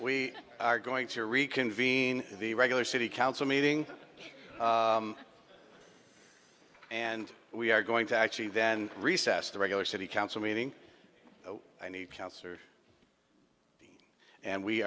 we are going to reconvene the regular city council meeting and we are going to actually then recess the regular city council meeting i need counselor and we